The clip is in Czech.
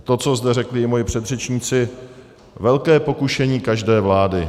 To, co zde řekli i moji předřečníci, velké pokušení každé vlády.